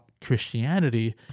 christianity